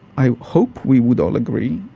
i hope we would all agree,